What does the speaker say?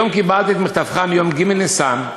היום קיבלתי את מכתבך מיום ג' ניסן,